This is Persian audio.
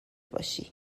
باشی